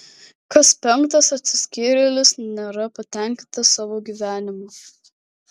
kas penktas atsiskyrėlis nėra patenkintas savo gyvenimu